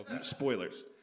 Spoilers